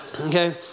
Okay